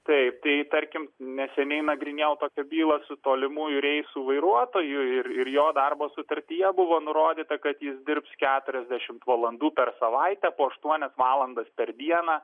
taip tai tarkim neseniai nagrinėjau tokią bylą su tolimųjų reisų vairuotoju ir ir jo darbo sutartyje buvo nurodyta kad jis dirbs keturiasdešimt valandų per savaitę po aštuonias valandas per dieną